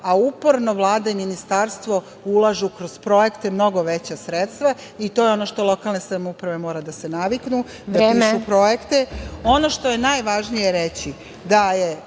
a uporno Vlada i Ministarstvo ulažu kroz projekte mnogo veća sredstva i to je ono što lokalne samouprave moraju da se naviknu, da pišu projekte. Ono što je najvažnije reći je